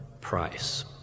price